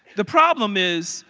the problem is,